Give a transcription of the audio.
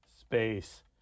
space